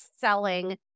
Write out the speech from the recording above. selling